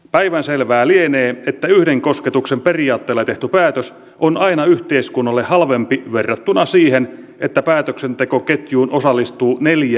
päivänselvää lienee että yhden kosketuksen periaatteella tehty päätös on aina yhteiskunnalle halvempi verrattuna siihen että päätöksentekoketjuun osallistuu neljä eri viranomaista